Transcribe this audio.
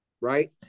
right